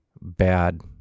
bad